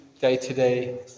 day-to-day